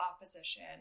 opposition